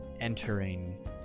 entering